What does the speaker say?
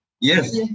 Yes